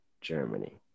Germany